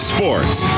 Sports